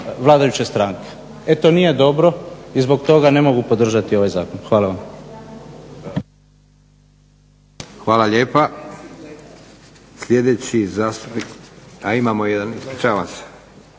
vladajuće stranke. E to nije dobro i zbog toga ne mogu podržati ovaj zakon. Hvala vam. **Leko, Josip (SDP)** Hvala lijepa. Sljedeći je zastupnik, a imamo jedan, ispričavam